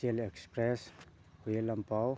ꯏꯆꯦꯜ ꯑꯦꯛꯁꯄ꯭ꯔꯦꯁ ꯍꯨꯌꯦꯟ ꯂꯥꯟꯄꯥꯎ